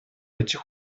этих